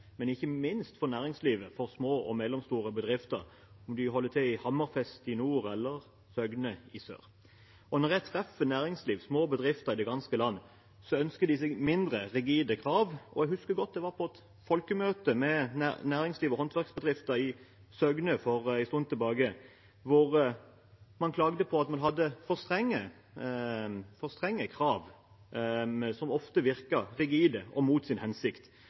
ikke minst for næringslivet, for små og mellomstore bedrifter, om de holder til i Hammerfest i nord eller Søgne i sør. Når jeg treffer næringslivet, små bedrifter, over det ganske land, ønsker de seg mindre rigide krav. Jeg husker godt et folkemøte jeg var på med næringsliv og håndverksbedrifter i Søgne for en stund siden, der man klagde på at man hadde for strenge krav, som ofte virket rigide og mot sin hensikt.